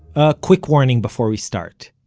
a quick warning before we start.